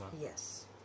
Yes